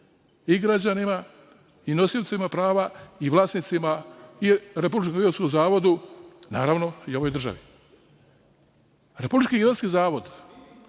i građanima i nosiocima prava i vlasnicima i Republičkom geodetskom zavodu, naravno, i ovoj državi. Republički geodetski zavod,